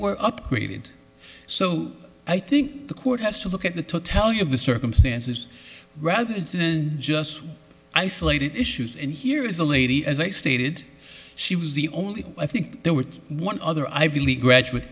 were upgraded so i think the court has to look at the totality of the circumstances rather than just isolated issues and here is a lady as i stated she was the only i think there was one other ivy league graduate